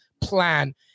plan